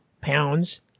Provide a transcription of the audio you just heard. pounds